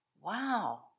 wow